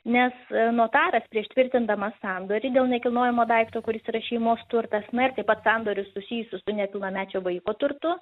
nes notaras prieš tvirtindamas sandorį dėl nekilnojamo daikto kuris yra šeimos turtas na ir taip pat sandorius susijusius su nepilnamečio vaiko turtu